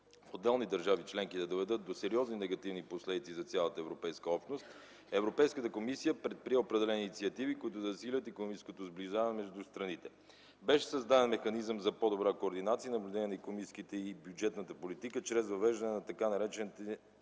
в отделни държави членки да доведат до сериозни негативни последици за цялата европейска общност, Европейската комисия предприе определени инициативи, които да засилят икономическото сближаване между страните. Беше създаден механизъм за по-добра координация, наблюдение на икономическата и бюджетната политика чрез въвеждане на така наречения